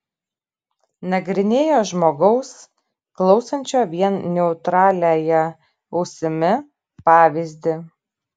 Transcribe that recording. nagrinėjo žmogaus klausančio vien neutraliąja ausimi pavyzdį